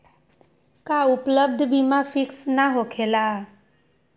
का उपलब्ध बीमा फिक्स न होकेला?